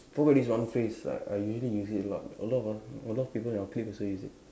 forgot this one phrase I I usually use it a lot a lot of a lot of people in our clique also use it